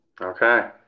Okay